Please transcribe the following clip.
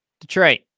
Detroit